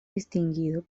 distinguido